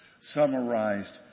summarized